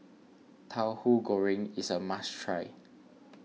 Tauhu Goreng is a must try